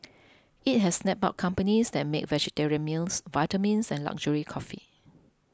it has snapped up companies that make vegetarian meals vitamins and luxury coffee